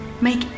Make